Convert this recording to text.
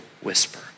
whisper